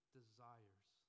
desires